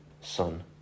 son